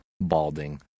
balding